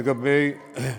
אדוני השר,